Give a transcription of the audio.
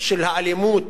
של האלימות